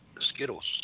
Skittles